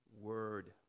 word